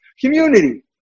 Community